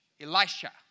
Elisha